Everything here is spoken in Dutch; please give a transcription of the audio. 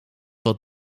wat